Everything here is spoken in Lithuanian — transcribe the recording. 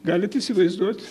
galit įsivaizduot